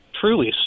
truly